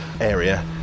area